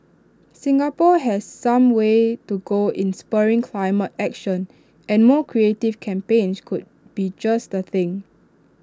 Singapore has some way to go in spurring climate action and more creative campaigns could be just the thing